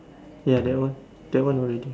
ya that one that one already